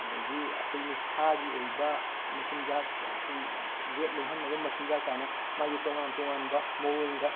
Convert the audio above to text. ꯑꯗꯒꯤ ꯑꯩꯈꯣꯏꯅ ꯁꯥꯒꯤ ꯑꯣꯏꯕ ꯃꯆꯤꯟꯖꯥꯛ ꯑꯩꯈꯣꯏ ꯋꯦꯠ ꯂꯨꯝꯍꯟꯅꯕ ꯃꯆꯤꯟꯖꯥꯛ ꯀꯥꯏꯅ ꯃꯥꯒꯤ ꯇꯣꯉꯥꯟ ꯇꯣꯉꯥꯟꯕ ꯃꯑꯣꯡꯗ